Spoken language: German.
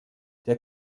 der